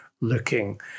looking